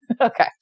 Okay